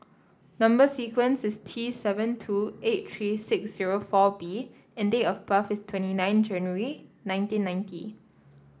number sequence is T seven two eight three six zero four B and date of birth is twenty nine January nineteen ninety